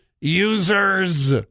users